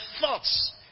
thoughts